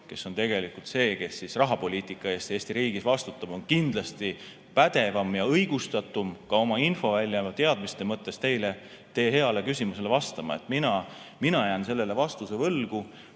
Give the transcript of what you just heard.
kes on tegelikult see, kes rahapoliitika eest Eesti riigis vastutab, on kindlasti pädevam ja õigustatum ka oma infovälja juures teadmiste mõttes teie heale küsimusele vastama. Mina jään sellele vastuse võlgu.